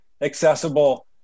accessible